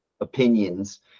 opinions